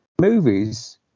movies